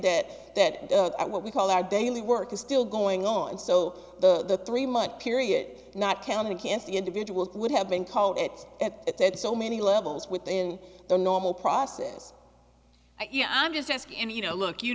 that that what we call our daily work is still going on and so the three month period not counting against the individual would have been called at at that so many levels within the normal process yeah i'm just asking and you know look you